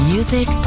Music